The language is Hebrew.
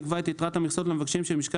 תקבע את יתרת המכסות למבקשים שמשקם